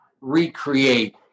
recreate